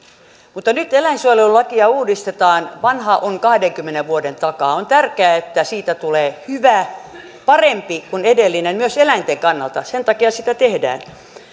mutta nyt eläinsuojelulakia uudistetaan vanha on kahdenkymmenen vuoden takaa on tärkeää että siitä tulee hyvä parempi kuin edellinen myös eläinten kannalta sen takia sitä tehdään